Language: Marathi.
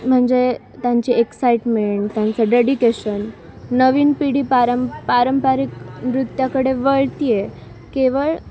म्हणजे त्यांची एक्साइटमेंट त्यांचं डेडिकेशन नवीन पिढी पारं पारंपरिक नृत्याकडे वळते आहे केवळ